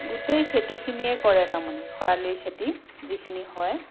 গোটেই খেতিখিনিয়েই কৰে তাৰ মানে খৰালিৰ খেতি যিখিনি হয়